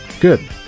Good